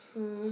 um